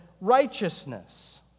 righteousness